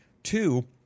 Two